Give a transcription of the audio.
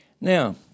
Now